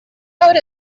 code